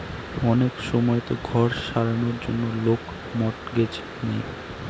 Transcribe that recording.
অনেক সময়তো ঘর সারানোর জন্য লোক মর্টগেজ নেয়